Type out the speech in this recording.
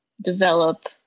develop